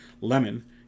Lemon